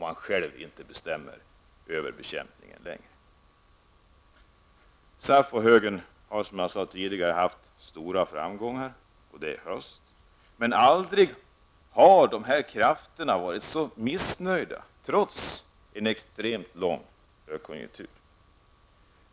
Man bestämmer inte själv över den längre. SAF och högern har, som jag har sagt tidigare, haft stora framgångar i höst. Men aldrig har dessa krafter varit så missnöjda, trots en extremt lång högkonjunktur.